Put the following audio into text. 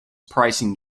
pricing